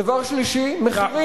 דבר שלישי, מחירים.